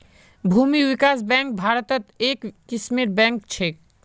भूमि विकास बैंक भारत्त एक किस्मेर बैंक छेक